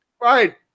Right